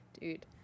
dude